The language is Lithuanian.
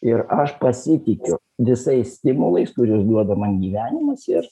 ir aš pasitikiu visais stimulais kuriuos duoda man gyvenimas ir